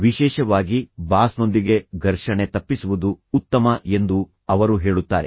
ವಿಶೇಷವಾಗಿ ಬಾಸ್ನೊಂದಿಗೆ ಘರ್ಷಣೆಗಳು ಮತ್ತು ನಂತರ ಬಾಸ್ ತುಂಬಾ ಆಕ್ರಮಣಕಾರಿಯಾಗಿದ್ದರೆ ತಪ್ಪಿಸುವುದು ಉತ್ತಮ ಎಂದು ಅವರು ಹೇಳುತ್ತಾರೆ